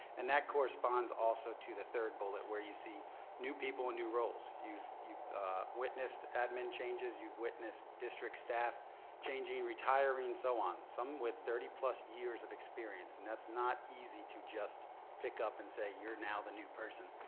and that corresponds also to the third bullet where you see new people in new roles. you've you've witnessed admin changes, you've witnessed district staff changing and retiring and so on. some with thirty plus years of experience and that's not easy to just pick up and say you're now the new person.